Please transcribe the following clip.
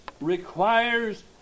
requires